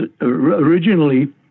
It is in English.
originally